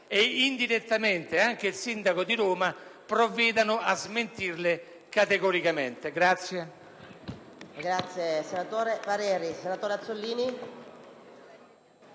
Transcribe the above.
e indirettamente anche il sindaco di Roma provvedano a smentirle categoricamente.